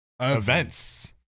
Events